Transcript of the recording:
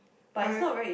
but